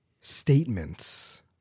statements